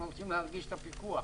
אנחנו רוצים להרגיש את הפיקוח,